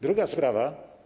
Druga sprawa.